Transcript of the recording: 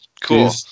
Cool